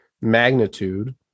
Magnitude